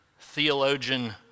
theologian